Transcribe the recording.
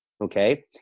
Okay